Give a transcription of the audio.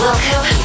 Welcome